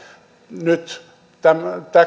nyt tämän